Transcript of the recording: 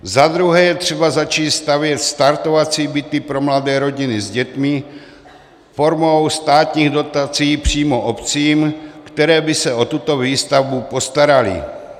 Za druhé je třeba začít stavět startovací byty pro mladé rodiny s dětmi formou státních dotací přímo obcím, které by se o tuto výstavbu postaraly.